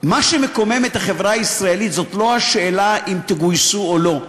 מה שמקומם את החברה הישראלית זאת לא השאלה אם תגויסו או לא.